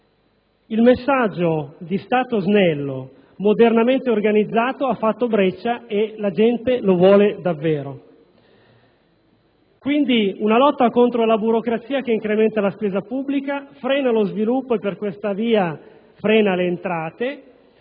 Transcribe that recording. Il messaggio di Stato snello e modernamente organizzato ha fatto breccia e la gente lo vuole davvero. È una lotta contro la burocrazia che incrementa la spesa pubblica, frena lo sviluppo e, per questa via, anche le entrate,